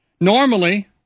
Normally